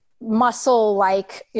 muscle-like